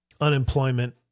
unemployment